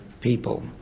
people